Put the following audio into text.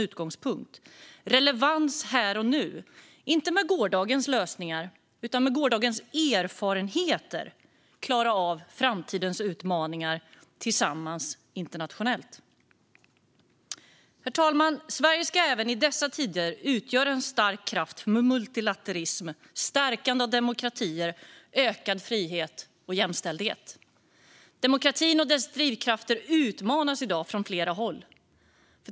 Det handlar om relevans här och nu och om att inte med gårdagens lösningar utan med gårdagens erfarenheter klara av framtidens utmaningar tillsammans internationellt. Herr talman! Sverige ska även i dessa tider utgöra en stark kraft för multilaterism, stärkande av demokratier, ökad frihet och jämställdhet. Demokratin och dess drivkrafter utmanas i dag från flera håll.